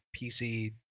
pc